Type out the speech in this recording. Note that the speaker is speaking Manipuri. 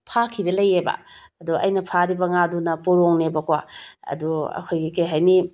ꯐꯥꯈꯤꯕ ꯂꯩꯑꯦꯕ ꯑꯗꯣ ꯑꯩꯅ ꯐꯥꯔꯤꯕ ꯉꯥꯗꯨꯅ ꯄꯣꯔꯣꯝꯅꯦꯕꯀꯣ ꯑꯗꯣ ꯑꯩꯈꯣꯏꯒꯤ ꯀꯩ ꯍꯥꯏꯅꯤ